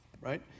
right